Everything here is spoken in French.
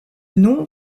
nom